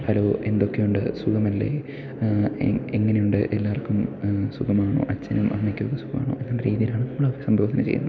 hello എന്തൊക്കെയുണ്ട് സുഖമല്ലേ എങ്ങനെയുണ്ട് എല്ലാവർക്കും സുഖമാണോ അച്ഛനും അമ്മയ്ക്കൊക്കെ സുഖമാണോ എന്നുള്ള രീതിയിലാണ് നമ്മളെ അവിസംബോധന ചെയ്യുന്നത്